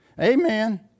Amen